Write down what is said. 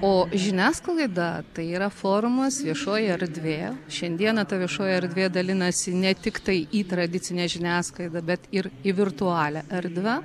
o žiniasklaida tai yra forumas viešoji erdvė šiandieną ta viešoji erdvė dalinasi ne tiktai į tradicinę žiniasklaidą bet ir į virtualią erdvę